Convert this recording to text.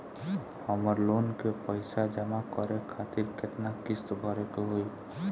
हमर लोन के पइसा जमा करे खातिर केतना किस्त भरे के होई?